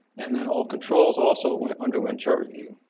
and then all controls also underwent chart review.